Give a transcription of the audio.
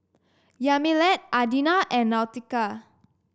Yamilet Adina and Nautica